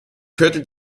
viertel